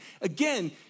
again